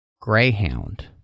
Greyhound